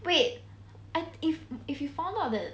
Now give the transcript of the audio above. wait err if if you found out that